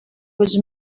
was